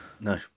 No